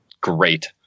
Great